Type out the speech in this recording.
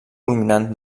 culminant